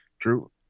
True